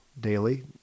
daily